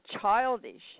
childish